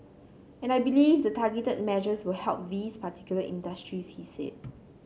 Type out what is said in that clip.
and I believe the targeted measures will help these particular industries he said